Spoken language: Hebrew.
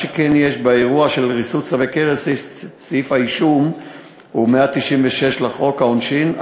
באירוע של ריסוס צלבי קרס יש סעיף אישום 196 לחוק העונשין,